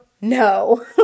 no